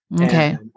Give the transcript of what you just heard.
Okay